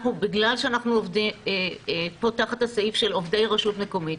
בגלל שאנחנו פה תחת הסעיף של עובדי רשות מקומית,